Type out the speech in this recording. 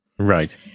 Right